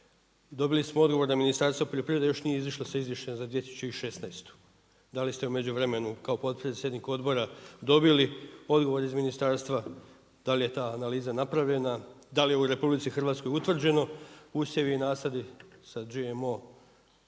Dobili smo odgovor da Ministarstvo poljoprivrede još nije izišlo sa izvješćem za 2016. da li ste u međuvremenu kao potpredsjednik odbora dobili odgovor iz ministarstva, da li je ta analiza napravljena, da li u RH utvrđeno usjevi i nasadi sa GMO